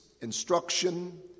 instruction